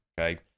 okay